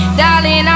darling